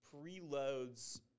preloads